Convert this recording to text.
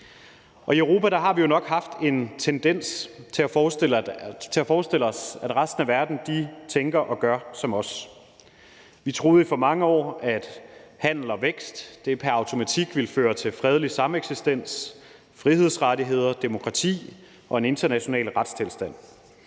I Europa har vi jo nok haft en tendens til at forestille os, at resten af verden tænker og gør som os. Vi troede i for mange år, at handel og vækst pr. automatik ville føre til fredelig sameksistens, frihedsrettigheder, demokrati og en international retstilstand.